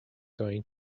going